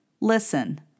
Listen